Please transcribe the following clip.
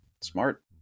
smart